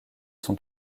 son